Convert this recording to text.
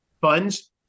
funds